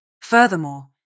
Furthermore